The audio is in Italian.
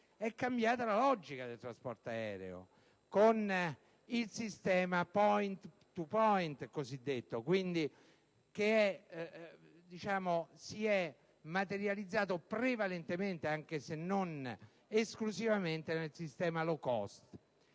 è cambiata la logica del trasporto aereo, con il sistema cosiddetto *point to point*,che si è materializzato prevalentemente, anche se non esclusivamente, nel sistema *low cost*.